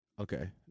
Okay